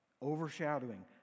overshadowing